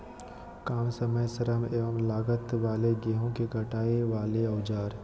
काम समय श्रम एवं लागत वाले गेहूं के कटाई वाले औजार?